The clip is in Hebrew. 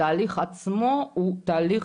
התהליך עצמו הוא תהליך